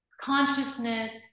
consciousness